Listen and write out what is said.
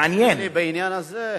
מעניין,